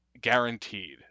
guaranteed